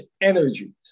energies